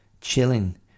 chilling